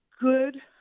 good